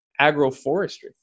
agroforestry